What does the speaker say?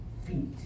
feet